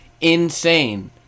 insane